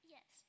Yes